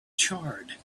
charred